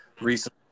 recently